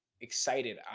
excited